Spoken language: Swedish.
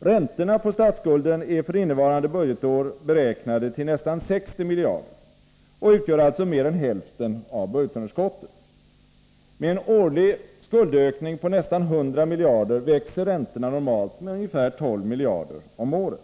Räntorna på statsskulden är för innevarande budgetår beräknade till nästan 60 miljarder och utgör alltså mer än hälften av budgetunderskottet. Med en årlig skuldökning på nästan 100 miljarder växer räntorna normalt med ungefär 12 miljarder om året.